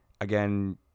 again